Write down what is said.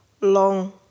long